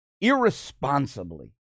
irresponsibly